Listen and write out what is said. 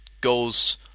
goes